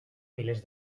milers